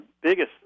biggest